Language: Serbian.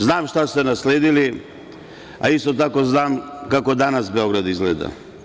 Znam šta ste nasledili, a isto tako znam kako danas Beograd izgleda.